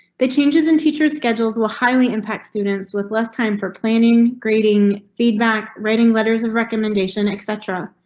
they changes in teachers schedules, will highly impact students with less time for planning, grading feedback, writing letters of recommendation, etc.